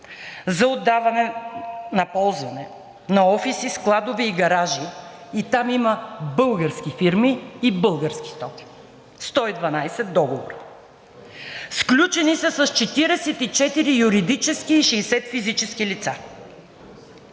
за отдаване на ползване на офиси, складове и гаражи и там има български фирми и български стоки. 112 договора! Сключени са с 44 юридически и 60 физически лица.